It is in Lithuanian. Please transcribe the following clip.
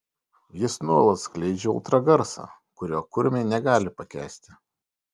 jis nuolat skleidžia ultragarsą kurio kurmiai negali pakęsti